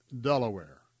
Delaware